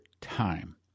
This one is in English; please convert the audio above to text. time